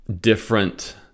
different